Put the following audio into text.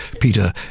peter